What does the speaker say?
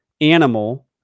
animal